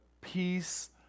peace